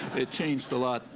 it changed a lot